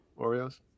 Oreos